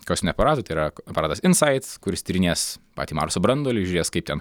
kosminių aparatų tai yra aparatas insaits kuris tyrinės patį marso branduolį žiūrės kaip ten